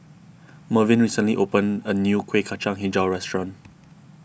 Mervyn recently opened a new Kueh Kacang HiJau restaurant